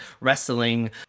wrestling